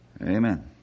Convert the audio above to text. Amen